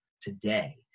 today